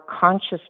conscious